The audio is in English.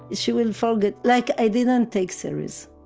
she will forget. like i didn't take serious.